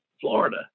Florida